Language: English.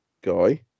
guy